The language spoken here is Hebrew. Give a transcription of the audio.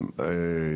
באמת,